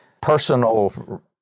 personal